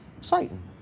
Satan